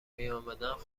میآمدند